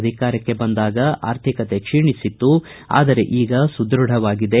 ಅಧಿಕಾರಕ್ಕೆ ಬಂದಾಗ ಆರ್ಥಿಕತೆ ಕ್ಷೀಣಿಸಿತ್ತು ಆದರೆ ಈಗ ಸದೃಢವಾಗಿದೆ